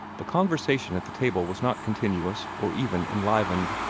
the conversation at the table was not continuous, or even enlivened.